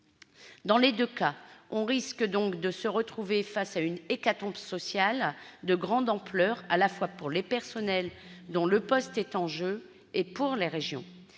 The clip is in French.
Dans les deux cas, on risque de faire face à une catastrophe sociale de grande ampleur, à la fois pour les personnels, dont les postes sont en jeu, et pour les régions.